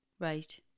Right